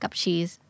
cheese